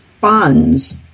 funds